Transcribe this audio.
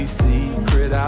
secret